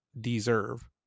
deserve